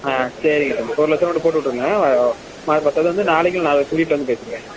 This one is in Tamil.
ஆ சரிங்க தம்பி ஒரு லட்ச ரூபா மட்டும் போட்டு விட்ருங்க ம மற்றத வந்து நாளைக்கு இல்லை நாளான்னைக்குக் கூட்டிட்டு வந்துப் பேசிக்கிறேன்